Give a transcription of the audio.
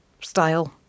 style